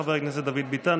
חבר הכנסת דוד ביטן,